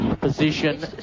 position